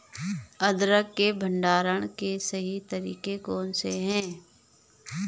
अदरक के भंडारण के सही तरीके कौन से हैं?